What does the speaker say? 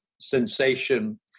sensation